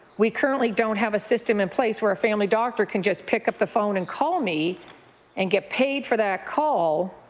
we currently don't have a system in place where a family doctor can just pick up the phone and call me and get paid for that call